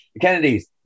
Kennedys